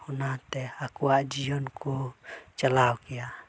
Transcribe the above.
ᱚᱱᱟᱛᱮ ᱟᱠᱚᱣᱟᱜ ᱡᱤᱭᱚᱱ ᱠᱚ ᱪᱟᱞᱟᱣ ᱠᱮᱭᱟ